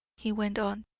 he went on,